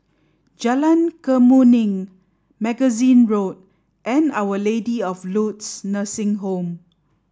Jalan Kemuning Magazine Road and Our Lady of Lourdes Nursing Home